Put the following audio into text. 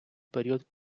період